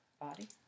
body